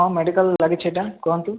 ହଁ ମେଡ଼ିକାଲ୍ ଲାଗିଛି ଏଟା କୁହନ୍ତୁ